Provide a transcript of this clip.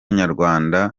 nyarwanda